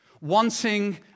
Wanting